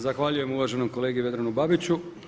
Zahvaljujem uvaženom kolegi Vedranu Babiću.